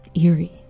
eerie